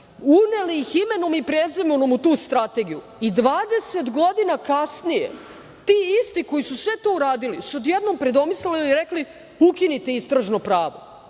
uneli ih imenom i prezimenom u tu strategiju i 20 godina kasnije ti isti koji su sve to uradili su se odjednom predomislili i rekli - ukinite istražno pravo.